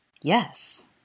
Yes